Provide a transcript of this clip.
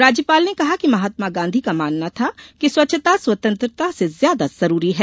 राज्यपाल ने कहा कि महात्मा गांधी का मानना था कि स्वच्छता स्वतंत्रता से ज्यादा जरूरी है